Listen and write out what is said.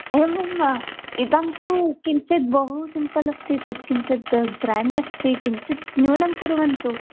एवं वा इदं तु किञ्चिद् बहु सिम्पल् अस्ति तत् किञ्चित् ग्रेण्ड् अस्ति किञ्चित् न्यूनं कुर्वन्तु